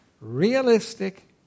realistic